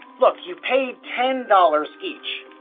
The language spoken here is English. look. you paid ten dollars each.